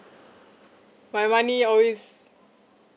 my money always